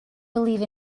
believe